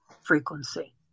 frequency